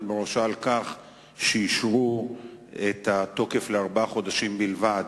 בראשה על כך שאישרו את התוקף לארבעה חודשים בלבד.